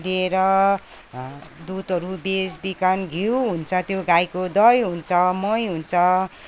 दिएर दुधहरू बेच बिखन घिउ हुन्छ त्यो गाईको दही हुन्छ मही हुन्छ